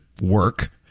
work